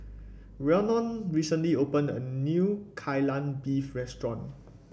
Rhiannon recently opened a new Kai Lan Beef restaurant